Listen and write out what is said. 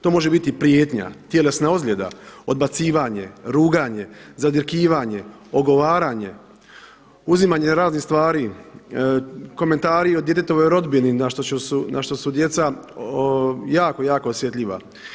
To može biti i prijetnja, tjelesna ozljeda, odbacivanje, ruganje, zadirkivanje, ogovaranje, uzimanje raznih stvari, komentari o djetetovoj rodbini na što su djeca jako, jako osjetljiva.